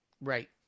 Right